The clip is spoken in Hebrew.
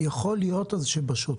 יכול להיות שבשוטף,